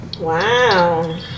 Wow